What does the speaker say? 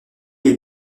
les